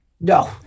no